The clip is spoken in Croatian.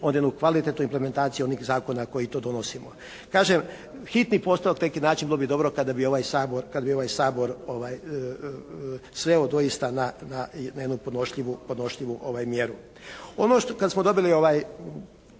jednu kvalitetnu implementaciju onih zakona koje tu donosimo. Kažem, hitno postupak tek je način, bilo bi dobro kad bi ovaj Sabor sveo doista na jednu podnošljivu mjeru. Ono što, kad smo dobili ovaj